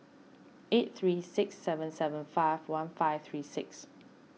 eight three six seven seven five one five three six